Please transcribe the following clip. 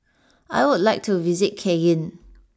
I would like to visit Cayenne